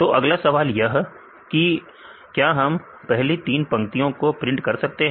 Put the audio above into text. तो अगला सवाल यह है कि क्या हम पहली तीन पंक्तियों को प्रिंट कर सकते हैं